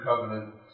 covenant